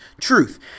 truth